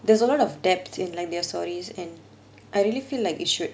there's a lot of depth in like their stories and I really feel like it should